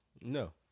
No